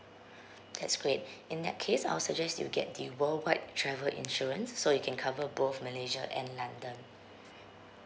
that's great in that case I'll suggest you get the world wide travel insurance so you can cover both malaysia and london